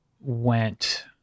went